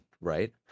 right